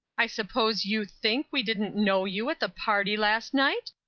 i suppose you think we didn't know you at the party last night?